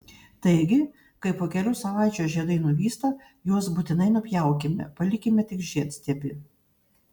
taigi kai po kelių savaičių žiedai nuvysta juos būtinai nupjaukime palikime tik žiedstiebį